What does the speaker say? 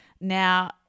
Now